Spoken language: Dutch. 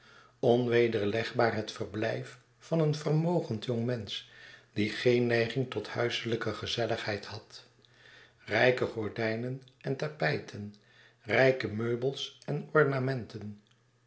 onwederlegbaar het verblijf van een vermogend jongmensch die geen neiging tot huislijke gezelligheid had rijke gordijnen en tapijten rijke meubels en ornamenten